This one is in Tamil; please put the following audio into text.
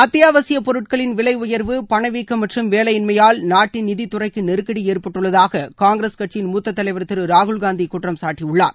அத்தியாவசிய பொருட்களின் விலை உயா்வு பணவீக்கம் மற்றும் வேலையின்மையால் நாட்டின் நிதித்துறைக்கு நெருக்கடி ஏற்பட்டுள்ளதாக காங்கிரஸ் கட்சியின் முத்தத்தலைவர் திரு ராகுல்காந்தி குற்றம்சாட்டியுள்ளார்